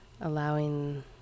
allowing